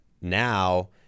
now